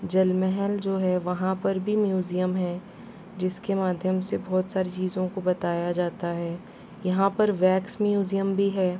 जल महल जो है वहाँ पर भी म्यूजियम है जिसके माध्यम से बहुत सारी चीज़ों को बताया जाता है यहाँ पर वैक्स म्यूज़ियम भी है